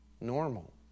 normal